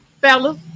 fellas